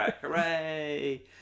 Hooray